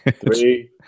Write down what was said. three